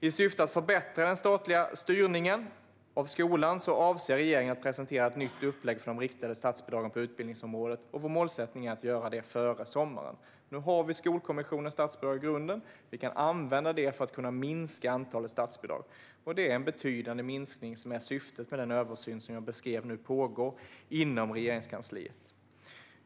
I syfte att förbättra den statliga styrningen av skolan avser regeringen att presentera ett nytt upplägg för de riktade statsbidragen på utbildningsområdet. Vår målsättning är att göra det före sommaren. Nu har vi Skolkommissionens statsbidrag i grunden. Vi kan använda det för att minska antalet statsbidrag. Det är en betydande minskning som är syftet med den översyn som jag beskrev och som nu pågår inom Regeringskansliet.